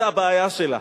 זה הבעיה שלה,